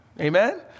Amen